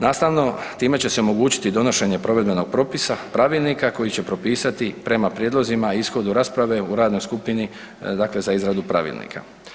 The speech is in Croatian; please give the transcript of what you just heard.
Nastavno, time će se omogućiti donošenje provedbenog propisa, pravilnika koji će propisati prema prijedlozima i ishodu rasprave u radnoj skupini dakle za izradu Pravilnika.